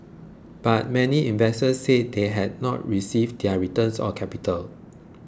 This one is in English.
but many investors said they have not received their returns or capital